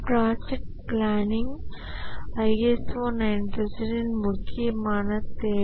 project planning ISO 9001 இன் முக்கியமான தேவை